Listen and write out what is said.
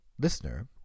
listener